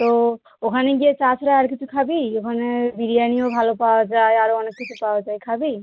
তো ওখানে গিয়ে চা খেয়ে আর কিছু খাবি ওখানে বিরিয়ানিও ভালো পাওয়া যায় আরও অনেক কিছু পাওয়া যায় খাবি